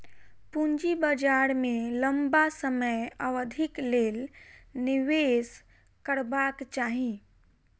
पूंजी बाजार में लम्बा समय अवधिक लेल निवेश करबाक चाही